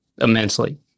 immensely